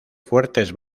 fuertes